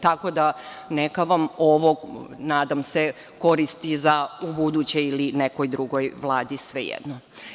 Tako da, neka vam ovo, nadam se, koristi za ubuduće ili nekoj drugi Vladi, svejedno.